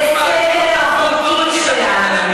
ויהווה כתם בספר החוקים שלנו.